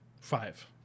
five